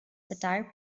satire